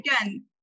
again